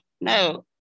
No